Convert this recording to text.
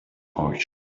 porch